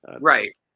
Right